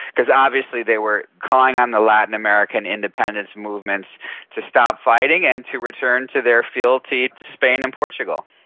because obviously they were calling on the latin american independence movements to stop fighting and to return to their fealty to spain and portugal.